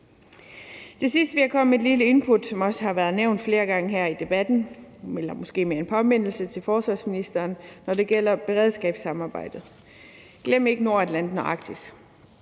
Til sidst vil jeg komme med et lille input om noget, som også har været nævnt flere gange her i debatten – det er måske mere en påmindelse til forsvarsministeren – når det gælder beredskabssamarbejdet: Glem ikke Nordatlanten og Arktis.